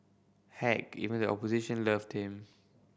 heck even the opposition loved him